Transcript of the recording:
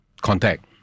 contact